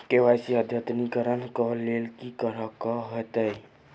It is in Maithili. के.वाई.सी अद्यतनीकरण कऽ लेल की करऽ कऽ हेतइ?